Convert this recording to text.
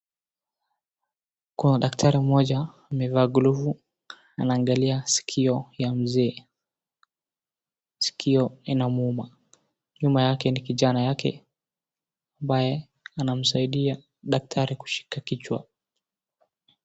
Kuna daktari mmoja amevaa glavu anaangalia sikio ya mzee, sikio inamuuma. Nyuma yake ni kijana yake ambaye anamsaidia daktari kushika kichwa.